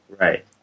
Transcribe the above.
Right